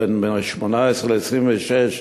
בין 18 ל-26,